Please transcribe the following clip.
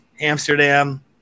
Amsterdam